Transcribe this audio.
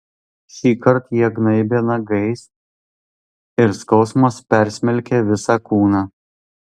šįkart jie gnaibė nagais ir skausmas persmelkė visą kūną